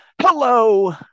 hello